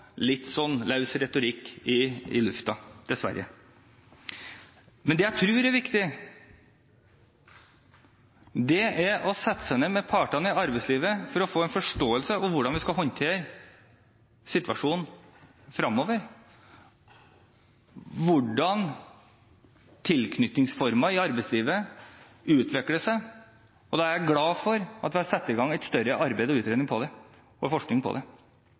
retorikk i lufta, dessverre. Men det jeg tror er viktig, er å sette seg ned med partene i arbeidslivet for å få en forståelse av hvordan vi skal håndtere situasjonen fremover, og hvordan tilknytningsformene i arbeidslivet utvikler seg. Jeg er glad for at vi har satt i gang et større arbeid med forskning og utredning av det, sånn at vi har det